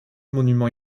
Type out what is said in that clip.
monument